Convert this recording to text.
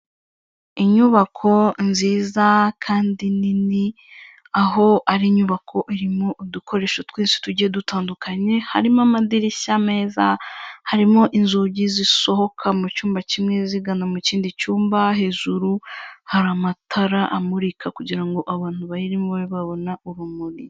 Inyubako nziza kandi nini, aho ari inyubako irimo udukoresho twose tujyiye dutandukanye, harimo amadirishya meza, harimo inzugi zisohoka mu cyumba kimwe zigana mu kindi cyumba, hejuru hari amatara amurika kugira ngo abantu bayirimo babe babona urumuri.